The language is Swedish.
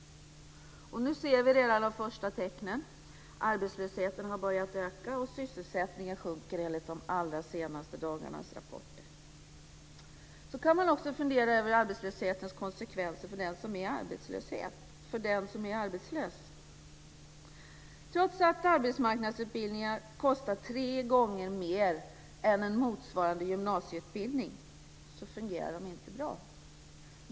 Nu ser vi redan de första tecknen. Arbetslösheten har börjat öka och sysselsättningen sjunker enligt de allra senaste dagarnas rapporter. Så går det att fundera på arbetslöshetens konsekvenser för den som är arbetslös. Trots att arbetsmarknadsutbildningar kostar tre gånger mer än motsvarande gymnasieutbildningar fungerar de inte bra.